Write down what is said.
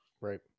Right